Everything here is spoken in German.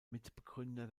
mitbegründer